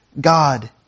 God